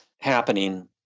happening